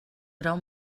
grau